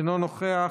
אינו נוכח,